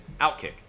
Outkick